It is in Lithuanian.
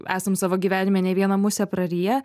esam savo gyvenime ne vieną musę prariję